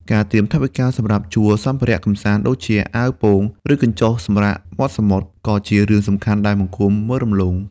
ការត្រៀមថវិកាសម្រាប់ជួលសម្ភារៈកម្សាន្ត ដូចជាអាវពោង ឬកញ្ចុះសម្រាកមាត់សមុទ្រ ក៏ជារឿងសំខាន់ដែលមិនគួរមើលរំលង។